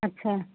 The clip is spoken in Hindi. अच्छा